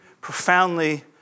profoundly